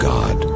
God